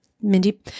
Mindy